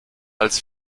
als